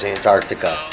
Antarctica